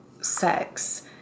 sex